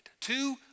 Two